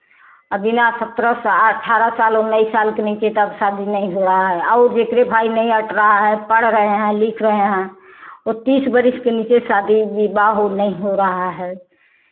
आ बिना सत्रह सा अठारह साल उन्नीस साल के नीचे तब शादी नहीं हो रहा है और जेकरे भाई नहीं अंट रहा है पढ़ रहे हैं लिख रहे हैं ओ तीस बरिस के नीचे शादी विवाह हो नहीं हो रहा है